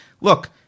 look